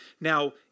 Now